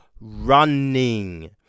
running